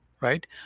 right